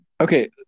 okay